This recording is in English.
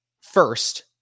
First